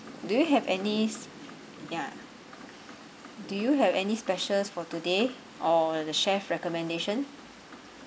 do you have any ya do you have any specials for today or the chef recommendation